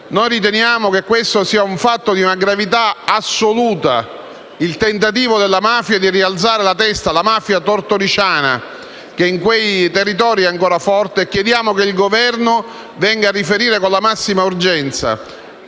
Riteniamo che questo sia un fatto di una gravità assoluta, che testimonia il tentativo di rialzare la testa da parte della mafia tortoriciana, che in quei territori è ancora forte. Chiediamo che il Governo venga a riferire con la massima urgenza.